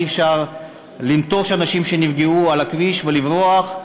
אי-אפשר לנטוש אנשים שנפגעו על הכביש ולברוח,